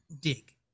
dig